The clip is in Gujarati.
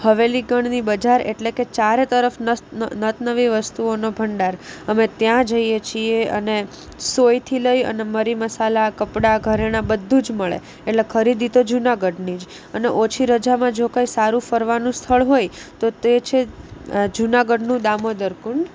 હવેલી ગણની બજાર એટલે કે ચારે તરફ ન નત નવી વસ્તુઓનો ભંડાર અમે ત્યાં જઈએ છીએ અને સોયથી લઈ અને મરી મસાલા કપડા ઘરેણાં બધું જ મળે એટલે ખરીદી તો જુનાગઢની જ અને ઓછી રજામાં જો કાંઈ સારું ફરવાનું સ્થળ હોય તો તે છે જુનાગઢનું દામોદર કુંડ